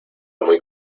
muy